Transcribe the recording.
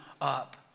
up